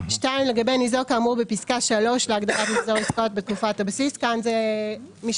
לגבי ניזוק כאמור בפסקה (3) להגדרת "מחזור עסקאות